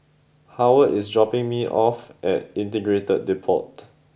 Howard is dropping me off at Integrated Depot